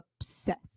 obsessed